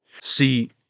See